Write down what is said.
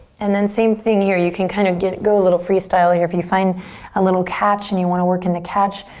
and then same thing here. you can kind of kinda go a little freestyle here. if you find a little catch and you want to work in the catch,